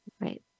right